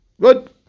Good